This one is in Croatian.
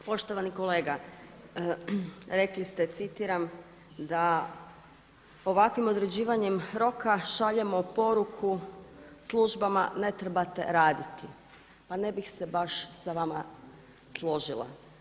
Poštovani kolega, rekli ste citiram da ovakvim određivanjem roka šaljemo poruku službama ne trebate raditi, pa ne bih se baš sa vama složila.